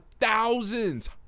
thousands